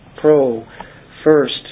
pro-first